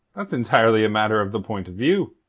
that's entirely a matter of the point of view,